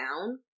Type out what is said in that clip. down